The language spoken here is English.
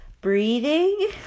breathing